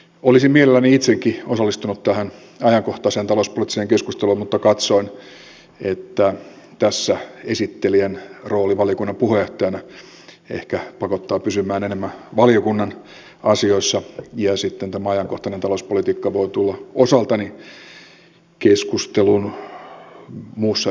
olisin mielelläni itsekin osallistunut tähän ajankohtaiseen talouspoliittiseen keskusteluun mutta katsoin että tässä esittelijän rooli valiokunnan puheenjohtajana ehkä pakottaa pysymään enemmän valiokunnan asioissa ja sitten tämä ajankohtainen talouspolitiikka voi tulla osaltani keskusteluun muussa yhteydessä